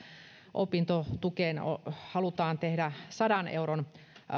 opintotukeen halutaan tehdä sadan euron